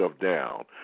down